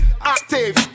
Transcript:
Active